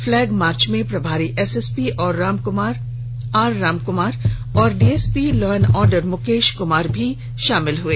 flag march में प्रभारी SSP R Ramkumar और DSP law and order Mukesh Kumar भी शामिल हुए